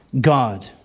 God